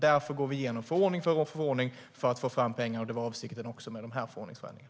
Därför går vi igenom förordning för förordning för att få fram pengar. Det var också avsikten med dessa förordningsförändringar.